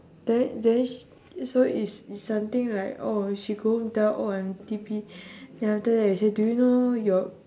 then that means is so it's it's something like oh she go home tell oh I'm in T_P then after that you say do you know your